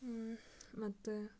ಮತ್ತು